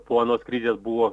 po anos krizės buvo